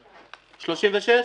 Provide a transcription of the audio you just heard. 36?